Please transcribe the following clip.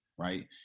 Right